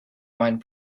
mind